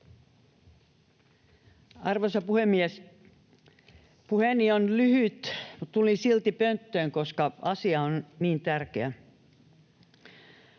Arvoisa puhemies! Puheeni on lyhyt, mutta tulin silti pönttöön, koska asia on niin tärkeä.